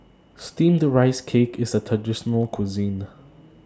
Steamed Rice Cake IS A Traditional Local Cuisine